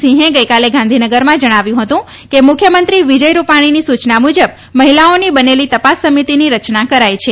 સિંહે ગઈકાલે ગાંધીનગરમાં જણાવ્યું હતું કે મુખ્યમંત્રી વિજય રૂપાણીની સૂચના મુજબ મહિલાઓની બનેલી તપાસ સમિતિની રચના કરાઈ છે